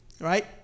right